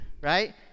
right